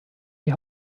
die